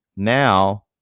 Now